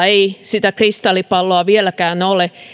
ei sitä kristallipalloa vieläkään ole